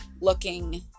looking